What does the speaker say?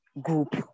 group